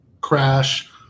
crash